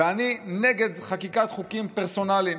ואני נגד חקיקת חוקים פרסונליים.